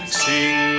sing